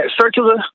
Circular